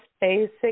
basic